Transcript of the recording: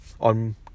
on